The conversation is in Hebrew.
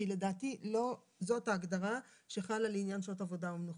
כי לדעתי זאת ההגדרה שחלה לעניין שעות עבודה ומנוחה.